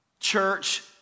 Church